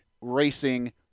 racing